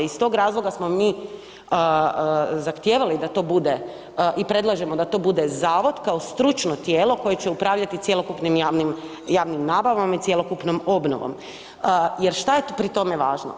Oz tog razloga smo mi zahtijevali da to bude i predlažemo da to bude zavod kao stručno tijelo koje će upravljati cjelokupnim javnim nabavama i cjelokupnom obnovom jer što je pri tome važno?